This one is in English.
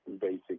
basic